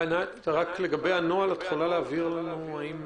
רק לגבי הנוהל האם את יכולה להבהיר לנו האם